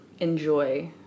enjoy